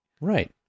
Right